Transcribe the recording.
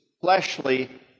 fleshly